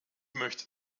möchte